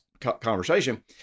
conversation